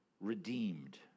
redeemed